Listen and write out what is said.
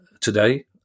today